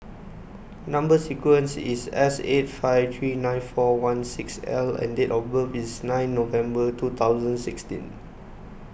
Number Sequence is S eight five three nine four one six L and date of birth is nine November two thousand sixteen